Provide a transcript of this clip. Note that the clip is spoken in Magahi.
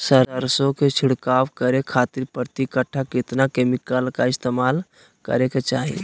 सरसों के छिड़काव करे खातिर प्रति कट्ठा कितना केमिकल का इस्तेमाल करे के चाही?